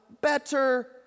better